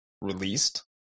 released